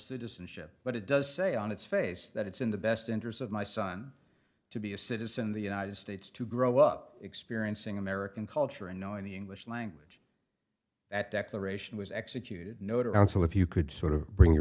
citizenship but it does say on its face that it's in the best interests of my son to be a citizen of the united states to grow up experiencing american culture and knowing the english language that declaration was executed noted down so if you could sort of bring